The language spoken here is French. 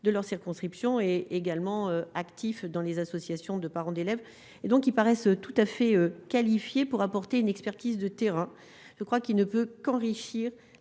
de leur circonscription est également actif dans les associations de parents d'élèves et donc ils paraissent tout à fait qualifié pour apporter une expertise de terrain, je crois qu'il ne peut qu'enrichir